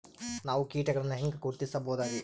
ನಾವು ಕೀಟಗಳನ್ನು ಹೆಂಗ ಗುರುತಿಸಬೋದರಿ?